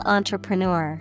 Entrepreneur